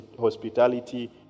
hospitality